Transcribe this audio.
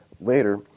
later